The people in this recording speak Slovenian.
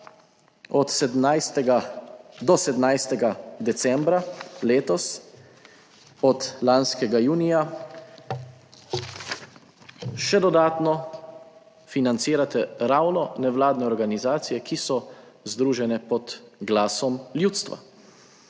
Izdatno do 17. decembra letos, od lanskega junija še dodatno financirate ravno nevladne organizacije, ki so združene pod glasom ljudstva.